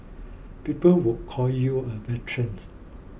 people would call you a veterans